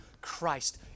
Christ